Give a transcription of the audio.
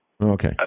Okay